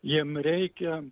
jiem reikia